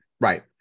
right